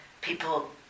people